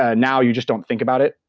ah now you just don't think about it.